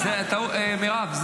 מירב,